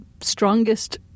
strongest